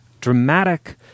dramatic